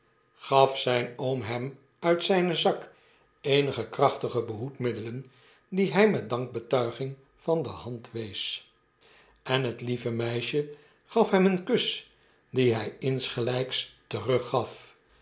gaf zijn oom hem uit zijnen zak eenige krachtige behoedmiddelen die hy met dankbetuiging van de hand wees en het lieve meisje gaf hem een kus dien hy insgelijks teruggaf